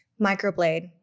microblade